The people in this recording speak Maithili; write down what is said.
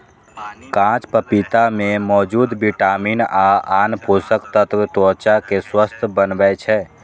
कांच पपीता मे मौजूद विटामिन आ आन पोषक तत्व त्वचा कें स्वस्थ बनबै छै